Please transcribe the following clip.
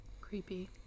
creepy